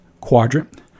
quadrant